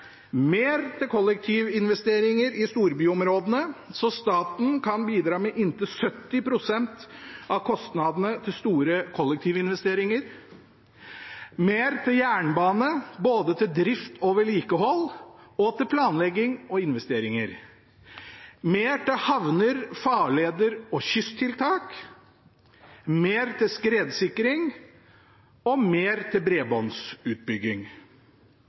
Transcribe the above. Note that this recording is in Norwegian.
mer til kollektivinvesteringer i storbyområdene – så staten kan bidra med inntil 70 pst. av kostnadene til store kollektivinvesteringer mer til jernbane, både til drift og vedlikehold og til planlegging og investeringer mer til havner, farleder og kysttiltak mer til skredsikring mer til bredbåndsutbygging